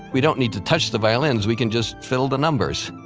we don't need to touch the violins. we can just fiddle the numbers.